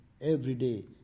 everyday